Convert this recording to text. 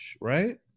right